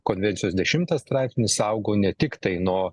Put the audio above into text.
konvencijos dešimtas straipsnis saugo ne tiktai nuo